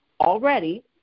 already